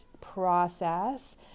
process